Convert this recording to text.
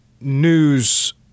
news